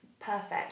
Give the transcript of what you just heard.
Perfect